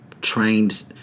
trained